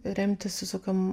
remtis visokiom